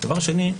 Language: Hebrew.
דבר שני,